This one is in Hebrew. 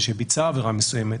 שביצע עברה מסוימת